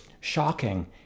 shocking